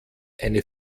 eine